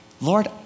Lord